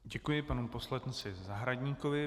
Děkuji panu poslanci Zahradníkovi.